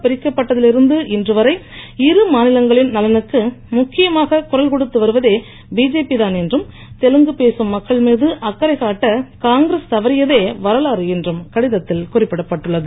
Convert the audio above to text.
பிரிக்கப்பட்டதில் இருந்து இன்றுவரை இரு மாநிலங்களின் நலனுக்கு முக்கியமாக குரல் கொடுத்து வருவதே பிஜேபி தான் என்றும் தெலுங்கு தேச மக்கள் மீது அக்கரை காட்ட காங்கிரஸ் தவறியதே வரலாறு என்றும் கடிதத்தில் குறிப்பிடப்பட்டுள்ளது